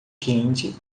quente